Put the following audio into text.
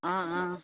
অঁ অঁ